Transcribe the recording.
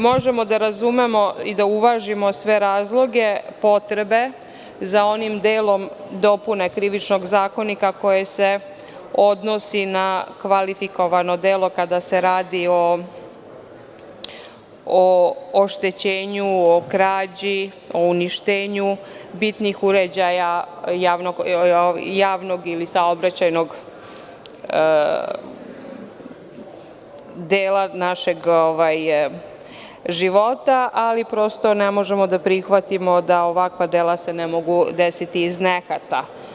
Možemo da razumemo i da uvažimo sve razloge, potrebe za onim delom dopune Krivičnog zakonika koji se odnosi na kvalifikovano delo kada se radi o oštećenju, o krađi, o uništenju bitnih uređaja javnog ili saobraćajnog dela našeg života, ali prosto ne možemo da prihvatimo da ovakva dela se ne mogu desiti iz nehata.